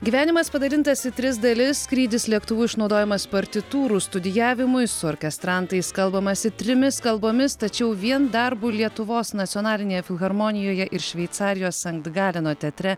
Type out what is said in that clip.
gyvenimas padalintas į tris dalis skrydis lėktuvu išnaudojamas partitūrų studijavimui su orkestrantais kalbamasi trimis kalbomis tačiau vien darbu lietuvos nacionalinėje filharmonijoje ir šveicarijos sankt galeno teatre